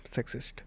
Sexist